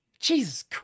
Jesus